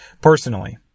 Personally